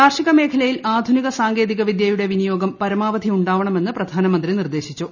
കാർഷിക മേഖലയിൽ ആധുനിക സാങ്കേതികവിദ്യയുടെ വിനിയോഗം പരമാവധി ഉണ്ടാവണമെന്ന് പ്രധാനമന്ത്രി നിർദ്ദേശിച്ചു